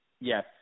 yes